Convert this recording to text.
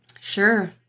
sure